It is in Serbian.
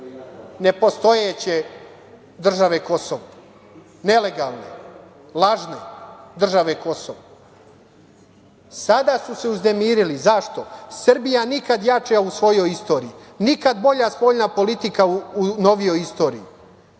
nepostojeće države Kosovo, nelegalne, lažne, države Kosovo. Sada su se uznemirili. Zašto? Srbija nikada jača u svojoj istoriji, nikad bolja spoljna politika u novijoj istoriji.